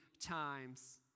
times